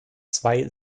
zwei